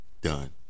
done